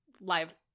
live